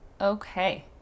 okay